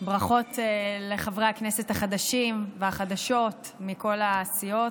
ברכות לחברי הכנסת החדשים והחדשות מכל הסיעות.